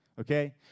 okay